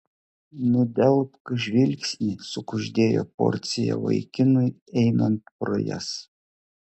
nudelbk žvilgsnį sukuždėjo porcija vaikinui einant pro jas